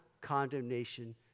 condemnation